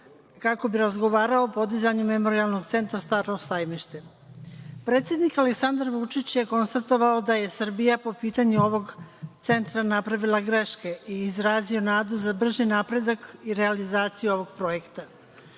kako bi razgovarao o podizanju Memorijalnog centra „Staro Sajmište“. Predsednik Aleksandar Vučić je konstatovao da je Srbija po pitanju ovog centra napravila greške i izrazio nadu za brži napredak i realizaciju ovog projekta.„Staro